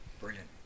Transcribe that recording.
Brilliant